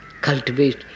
cultivate